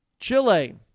Chile